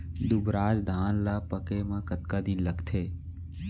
दुबराज धान ला पके मा कतका दिन लगथे?